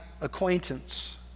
acquaintance